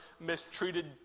mistreated